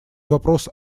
вопрос